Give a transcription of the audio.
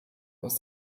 aus